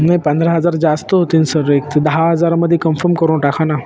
नाही पंधरा हजार जास्त होतीन सर एक दहा हजारामध्ये कन्फम करून टाका ना